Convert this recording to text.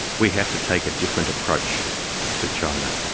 we have to take a different approach to china.